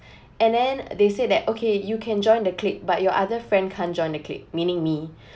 and then they said that okay you can join the clique but your other friend can't join the clique meaning me